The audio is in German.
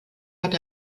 hat